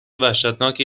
وحشتناکی